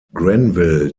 grenville